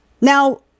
Now